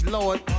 Lord